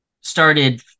started